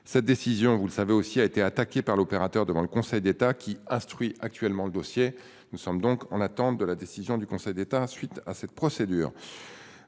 Cette décision, vous le savez aussi a été attaqué par l'opérateur devant le Conseil d'État qui instruit actuellement le dossier. Nous sommes donc en attente de la décision du Conseil d'État suite à cette procédure.